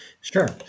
Sure